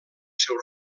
seu